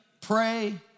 pray